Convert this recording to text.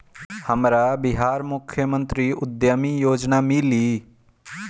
हमरा बिहार मुख्यमंत्री उद्यमी योजना मिली?